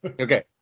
Okay